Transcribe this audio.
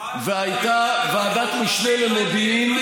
והייתה ועדת משנה למודיעין,